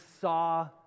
saw